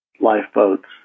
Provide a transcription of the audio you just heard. lifeboats